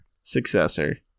Successor